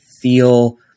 feel